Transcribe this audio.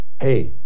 Hey